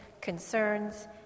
concerns